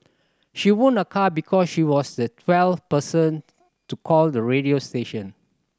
she won a car because she was the twelfth person to call the radio station